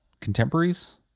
contemporaries